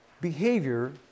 behavior